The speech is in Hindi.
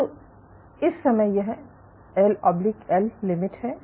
तो इस समय यह LL limit है